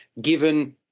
given